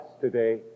today